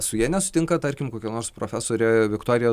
su ja nesutinka tarkim kokia nors profesorė viktorija